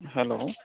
hello